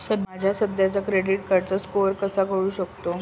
माझा सध्याचा credit score मला कसा कळू शकतो?